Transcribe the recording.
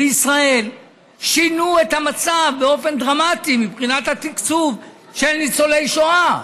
בישראל שינו את המצב באופן דרמטי מבחינת התקצוב של ניצולי שואה.